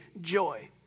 joy